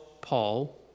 Paul